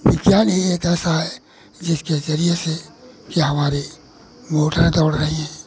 विज्ञान ही एक ऐसा है जिसके जरिये से यह हमारे मोटर दौड़ रहे हैं